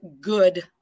good